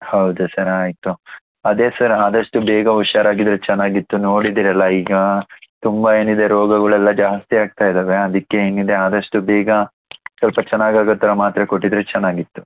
ಹೌದಾ ಸರ್ ಆಯಿತು ಅದೇ ಸರ್ ಆದಷ್ಟು ಬೇಗ ಹುಷಾರಾಗಿದ್ದರೆ ಚೆನ್ನಾಗಿತ್ತು ನೋಡಿದ್ದೀರಲ್ಲ ಈಗ ತುಂಬ ಏನಿದೆ ರೋಗಗಳೆಲ್ಲ ಜಾಸ್ತಿ ಆಗ್ತಾ ಇದ್ದಾವೆ ಅದಕ್ಕೆ ಏನಿದೆ ಆದಷ್ಟು ಬೇಗ ಸ್ವಲ್ಪ ಚೆನ್ನಾಗಿ ಆಗೋ ಥರ ಮಾತ್ರೆ ಕೊಟ್ಟಿದ್ದರೆ ಚೆನ್ನಾಗಿತ್ತು